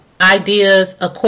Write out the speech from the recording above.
ideas